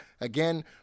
Again